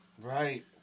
Right